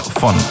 fun